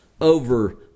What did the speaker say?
over